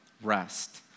rest